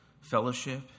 fellowship